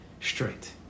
straight